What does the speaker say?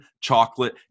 chocolate